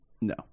No